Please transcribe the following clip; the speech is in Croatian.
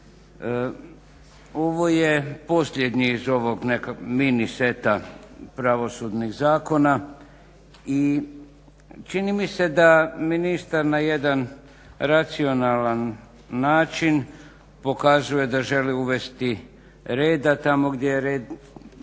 Ovo je posljednji iz ovog nekog mini-seta pravosudnih zakona i čini mi se da ministar na jedan racionalan način pokazuje da želi uvesti reda tamo gdje je red